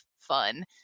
fun